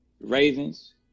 Ravens